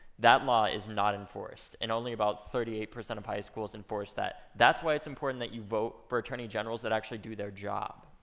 that law is not enforced. and only about thirty eight percent of high schools enforce that. that's why it's important that you vote for attorney generals that actually do their job.